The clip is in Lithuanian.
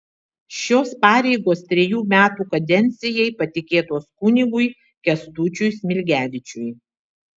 šios pareigos trejų metų kadencijai patikėtos kunigui kęstučiui smilgevičiui